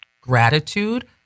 gratitude